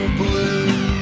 blue